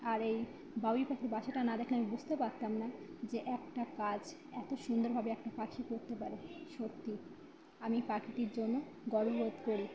আর এই বাবুই পাখির বাসাটা না দেখলে আমি বুঝতে পারতাম না যে একটা কাজ এত সুন্দরভাবে একটা পাখি করতে পারে সত্যি আমি পাখিটির জন্য গর্ব বোধ করি